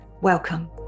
welcome